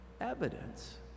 evidence